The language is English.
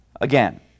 again